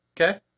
okay